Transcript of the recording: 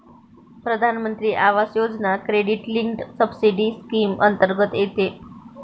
प्रधानमंत्री आवास योजना क्रेडिट लिंक्ड सबसिडी स्कीम अंतर्गत येते